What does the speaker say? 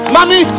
Mommy